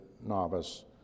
novice